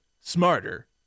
smarter